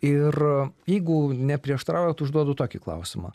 ir jeigu neprieštaraujat užduodu tokį klausimą